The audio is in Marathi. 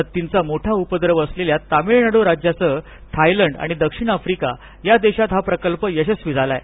हत्तींचा मोठा उपद्रव असलेल्या तामिळनाडू राज्यासह थायलंड आणि दक्षिण आफ्रिका या देशात हा प्रकल्प यशस्वी झाला आहे